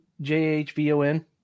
J-H-V-O-N